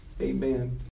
Amen